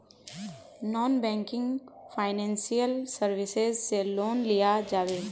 Non banking financial services से loan लिया जाबे?